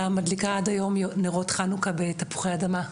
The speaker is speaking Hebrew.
מדליקה עד היום נרות חנוכה בתפוחי אדמה,